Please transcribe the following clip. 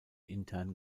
intern